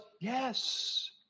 yes